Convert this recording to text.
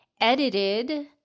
edited